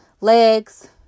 legs